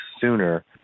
sooner